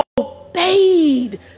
obeyed